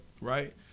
right